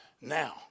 now